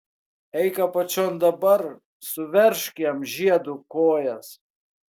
eik apačion dabar suveržk jam žiedu kojas